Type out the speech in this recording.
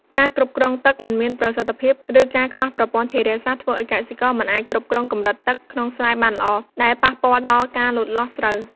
ការគ្រប់គ្រងទឹកមិនមានប្រសិទ្ធភាព ឬការខ្វះប្រព័ន្ធធារាសាស្រ្ត ធ្វើឲ្យកសិករមិនអាចគ្រប់គ្រងកម្រិតទឹកក្នុងស្រែបានល្អ ដែលប៉ះពាល់ដល់ការលូតលាស់ស្រូវ។